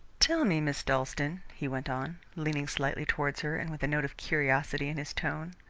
tell me, miss dalstan, he went on, leaning slightly towards her, and with a note of curiosity in his tone,